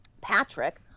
Patrick